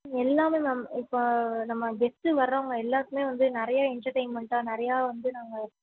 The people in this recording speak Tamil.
எல்லாமே நம்ப இப்போ நம்ப கெஸ்ட்டு வரவங்க எல்லாருக்குமே வந்து நிறையா என்டேர்டைமெண்ட்டாக நிறையா வந்து நாங்கள்